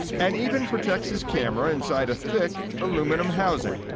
and even protects his camera inside a thick aluminum housing.